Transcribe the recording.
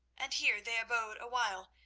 and here they abode awhile,